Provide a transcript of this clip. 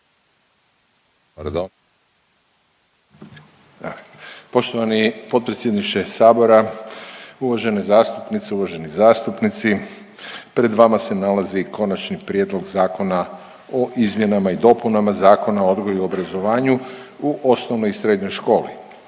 Poštovani potpredsjedniče sabora, uvažene zastupnice i uvaženi zastupnici, pred vama se nalazi Konačni prijedlog zakona o izmjenama i dopunama Zakona o odgoju i obrazovanju u osnovnoj i srednjoj školi.